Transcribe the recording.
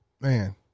Man